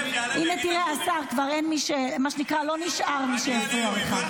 הינה, תראה, השר, כבר לא נשאר מי שיפריע לך.